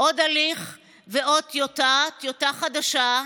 עוד הליך ועוד טיוטה, טיוטה חדשה,